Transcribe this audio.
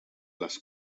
les